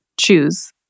choose